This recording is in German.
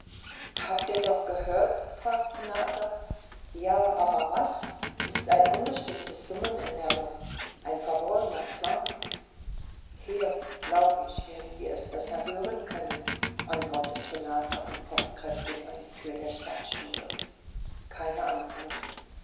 habt ihr'dauch gehört fragt renata ja aber was es ist ein unbestimmtes summen in der luft ein verworrener klang hier glaub ich werden wir es besser hören können antwortet renata und pocht kräftig an die tür der stadtstube keine antwort